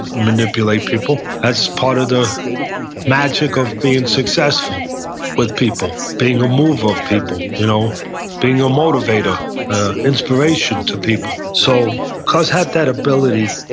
manipulate people. that's part of the magic of being successful with people, being a mover of people, you know being a motivator, an inspiration to people. so cus had that ability,